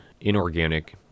inorganic